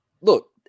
look